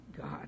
God